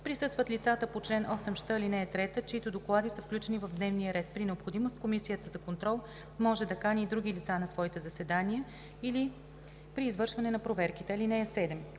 присъстват лицата по чл. 8щ, ал. 3, чиито доклади са включени в дневния ред. При необходимост комисията за контрол може да кани и други лица на своите заседания или при извършване на проверките. (7)